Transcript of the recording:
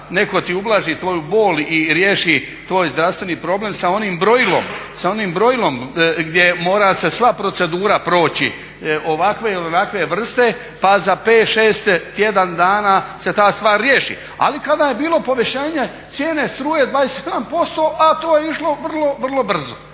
netko ti ublaži tvoju bol i riješi tvoj zdravstveni problem sa onim brojilom gdje mora se sva procedura proći ovakve ili onakve vrste pa za 5, 6, tjedan dana se ta stvar riješi. Ali kada je bilo povećanje cijene struje 20% a to je išlo vrlo, vrlo